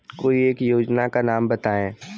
कोई एक योजना का नाम बताएँ?